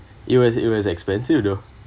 it was it was expensive though